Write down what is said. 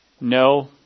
No